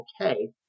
okay